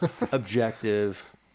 objective